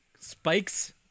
Spikes